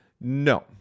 No